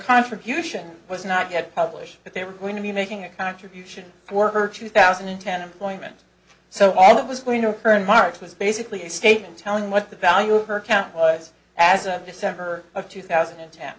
contribution was not yet published that they were going to be making a contribution for her two thousand and ten employment so all that was going to burn marks was basically a statement telling what the value of her account was as a december of two thousand and ten